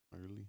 early